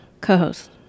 co-host